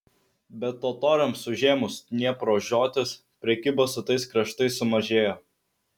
bet totoriams užėmus dniepro žiotis prekyba su tais kraštais sumažėjo